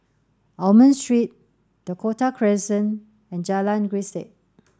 Almond Street Dakota Crescent and Jalan Grisek